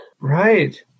Right